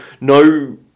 no